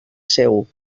seu